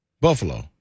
Buffalo